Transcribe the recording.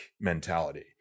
mentality